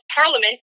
parliament